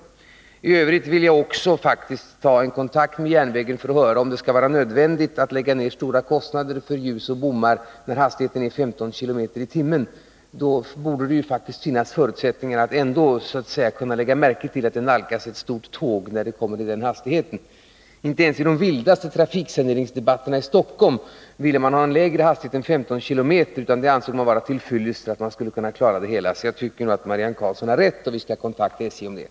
Jag skall också ta kontakt med järnvägen för att höra om det är nödvändigt att lägga ned stora kostnader på ljus och bommar när hastigheten är 15 km i timmen. Det borde vara möjligt att ändå lägga märke till att det nalkas ett stort tåg när det kommer i den hastigheten. Inte ens i de vildaste trafiksaneringsdebatterna i Stockholm ville man ha en lägre hastighet än 15 km, utan man ansåg att det skulle kunna vara till fyllest. Därför tycker jag att Marianne Karlsson har rätt, och vi skall kontakta SJ om detta.